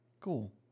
Cool